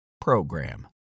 program